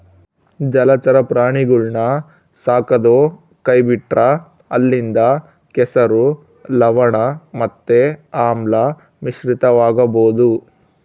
ಜಲಚರ ಪ್ರಾಣಿಗುಳ್ನ ಸಾಕದೊ ಕೈಬಿಟ್ರ ಅಲ್ಲಿಂದ ಕೆಸರು, ಲವಣ ಮತ್ತೆ ಆಮ್ಲ ಮಿಶ್ರಿತವಾಗಬೊದು